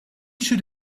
should